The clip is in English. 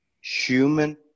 human